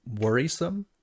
worrisome